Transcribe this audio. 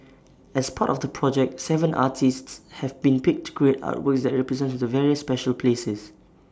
as part of the project Seven artists have been picked to create artworks that represent the various special places